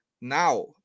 now